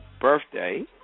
birthday